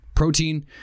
Protein